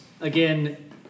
again